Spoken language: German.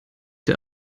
der